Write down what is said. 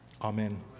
Amen